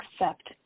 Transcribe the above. accept